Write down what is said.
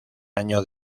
año